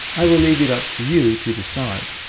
i will leave it up to you to decide.